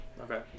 Okay